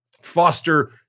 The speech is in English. foster